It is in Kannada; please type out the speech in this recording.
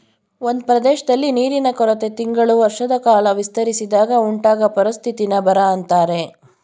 ಒಂದ್ ಪ್ರದೇಶ್ದಲ್ಲಿ ನೀರಿನ ಕೊರತೆ ತಿಂಗಳು ವರ್ಷದಕಾಲ ವಿಸ್ತರಿಸಿದಾಗ ಉಂಟಾಗೊ ಪರಿಸ್ಥಿತಿನ ಬರ ಅಂತಾರೆ